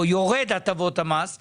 או שהטבות המס יורדות,